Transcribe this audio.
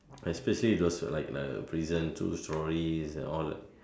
I especially those who like the prisons true story that all that